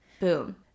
Boom